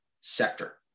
sector